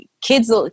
kids